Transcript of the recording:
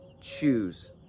choose